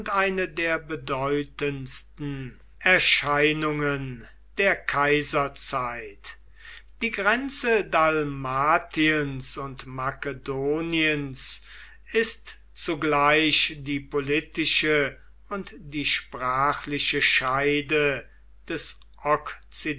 eine der bedeutendsten erscheinungen der kaiserzeit die grenze dalmatiens und makedoniens ist zugleich die politische und die sprachliche scheide des